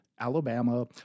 Alabama